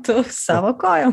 tu savo kojom